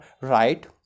right